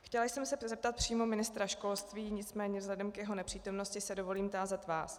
Chtěla jsem se zeptat přímo ministra školství, nicméně vzhledem k jeho nepřítomnosti se dovolím tázat vás.